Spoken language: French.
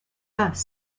pas